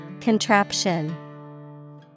Contraption